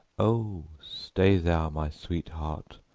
o, stay thou, my sweetheart,